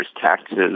taxes